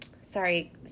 sorry